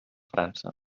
frança